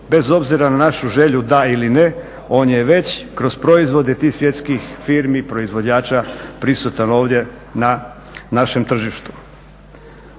bez obzira na našu želju da ili ne, on je već kroz proizvode tih svjetskih firmi, proizvođača prisutan ovdje na našem tržištu.